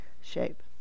shape